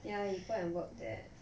ya he go and work there